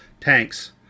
tanks